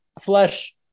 flesh